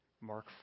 Mark